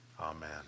Amen